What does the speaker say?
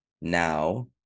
now